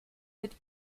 mit